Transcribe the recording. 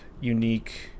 unique